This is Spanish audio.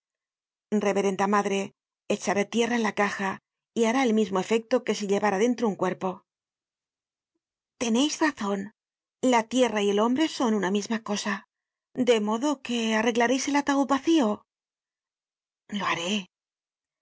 reverenda madre echaré tierra en la caja y hará el mismo efecto que si llevara dentro un cuerpo teneis razon la tierra y el hombre son una misma cosa de modo que arreglareis el ataud vacio lo haré